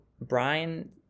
Brian